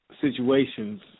situations